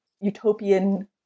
utopian